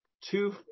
Two